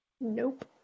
Nope